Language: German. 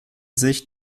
sich